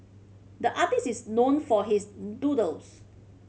the artist is known for his doodles